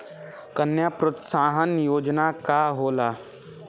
कन्या प्रोत्साहन योजना का होला?